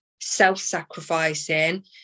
self-sacrificing